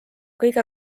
kõige